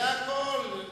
זה הכול.